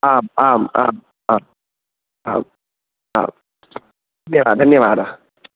आम् आम् आम् आम् आम् आम् धन्यवादाः धन्यवादाः